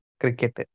cricket